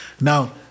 Now